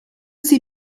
sie